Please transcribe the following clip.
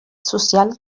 social